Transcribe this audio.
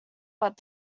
but